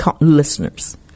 Listeners